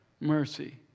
mercy